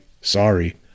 Sorry